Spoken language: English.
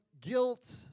guilt